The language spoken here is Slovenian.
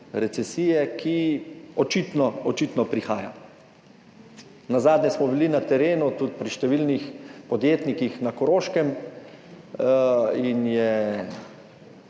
recesije, ki očitno prihaja. Nazadnje smo bili na terenu tudi pri številnih podjetnikih na Koroškem in je